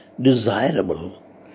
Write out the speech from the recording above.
desirable